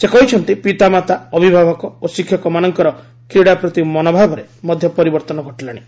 ସେ କହିଛନ୍ତି ପିତାମାତା ଅଭିଭାବକ ଓ ଶିକ୍ଷକମାନଙ୍କର କ୍ରୀଡ଼ା ପ୍ରତି ମନୋଭାବରେ ମଧ୍ୟ ପରିବର୍ତ୍ତନ ଘଟିଲାଣି